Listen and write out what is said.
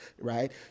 Right